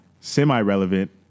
semi-relevant